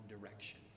direction